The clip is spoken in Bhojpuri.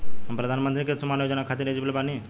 हम प्रधानमंत्री के अंशुमान योजना खाते हैं एलिजिबल बनी?